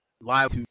live